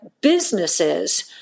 businesses